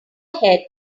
ahead